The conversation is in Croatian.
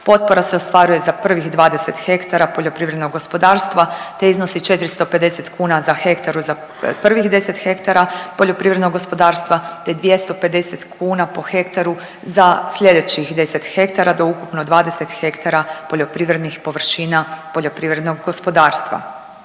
Potpora se ostvaruje za prvih 20 hektara poljoprivrednog gospodarstva te iznosi 450 kuna za hektar za, za prvih 10 hektara poljoprivrednog gospodarstva te 250 kuna po hektaru za sljedećih 10 hektara do ukupno 20 hektara poljoprivrednih površina poljoprivrednog gospodarstva.